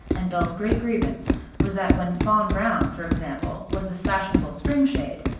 and belle's great grievance was that when fawn brown for example, was the fashionable spring shade,